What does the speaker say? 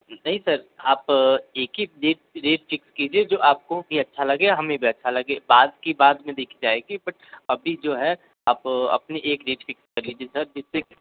नहीं सर आप एक ही रेट रेट फिक्स कीजिए जो आपको भी अच्छा लगे हमें भी अच्छा लगे बाद की बाद में देखी जाएगी बट अभी जो है आप अपनी एक रेट फिक्स कर लीजिये सर जिससे